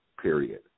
Period